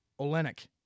Olenek